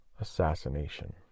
Assassination